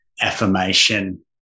affirmation